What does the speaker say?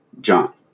John